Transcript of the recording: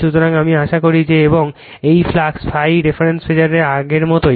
সুতরাং আমি আশা করি যে এবং এটি ফ্লাক্স ∅ রেফারেন্স ফাসারের আগের মতোই